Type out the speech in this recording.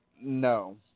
no